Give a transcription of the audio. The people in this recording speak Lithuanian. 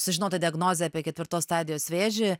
sužinota diagnozė apie ketvirtos stadijos vėžį